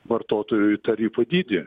vartotojui tarifų dydį